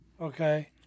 Okay